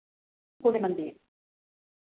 കുഴിമന്തിയും